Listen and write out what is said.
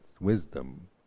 wisdom